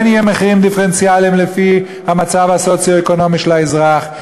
כן יהיו מחירים דיפרנציאליים לפי המצב הסוציו-אקונומי של האזרח.